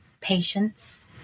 patience